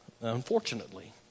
Unfortunately